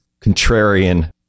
contrarian